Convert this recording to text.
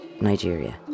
Nigeria